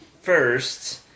first